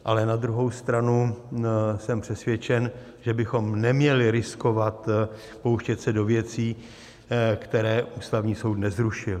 Ale na druhou stranu jsem přesvědčen, že bychom neměli riskovat a pouštět se do věcí, které Ústavní soud nezrušil.